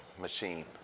machine